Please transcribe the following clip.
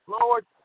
Lord